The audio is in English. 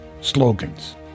slogans